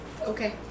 Okay